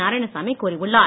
நாராயணசாமி கூறியுள்ளார்